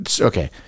okay